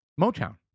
Motown